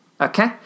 Okay